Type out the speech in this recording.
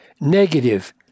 Negative